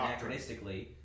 anachronistically